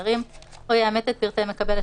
מסמכי הזיהוי המקובלים